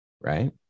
right